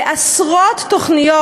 ועשרות תוכניות,